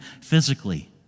physically